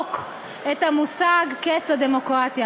לשחוק את המושג "קץ הדמוקרטיה".